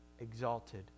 Exalted